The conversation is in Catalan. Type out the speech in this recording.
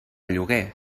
lloguer